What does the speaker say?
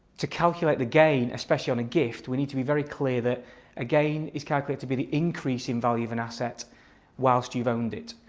to calculate the gain especially on a gift we need to be very clear that a gain is calculated to be the increase in value of an asset whilst you've owned it.